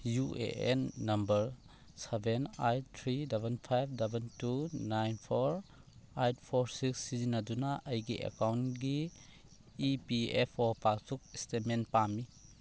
U A N number seven eight three double five double two nine four eight four six ꯁꯤꯖꯤꯟꯅꯗꯨꯅ ꯑꯩꯒꯤ ꯑꯦꯀꯥꯎꯟꯒꯤ E P F O passbook statement ꯄꯥꯝꯃꯤ